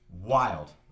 wild